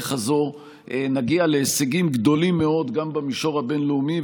הזו נגיע להישגים גדולים מאוד גם במישור הבין-לאומי,